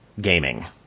gaming